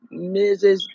Mrs